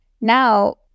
now